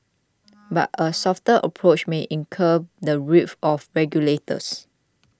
but a softer approach may incur the wrath of regulators